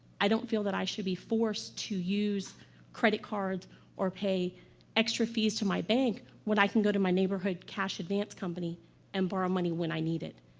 i don't feel that i should be forced to use credit cards or pay extra fees to my bank, when i can go to my neighborhood cash advance company and borrow money when i need it.